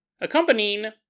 Accompanying